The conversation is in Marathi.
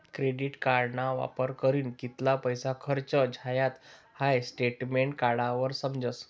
क्रेडिट कार्डना वापर करीन कित्ला पैसा खर्च झायात हाई स्टेटमेंट काढावर समजस